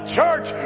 church